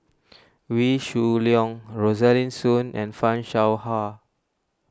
Wee Shoo Leong Rosaline Soon and Fan Shao Hua